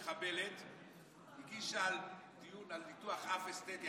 מחבלת הגישה דיון על ניתוח אף אסתטי,